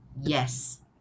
yes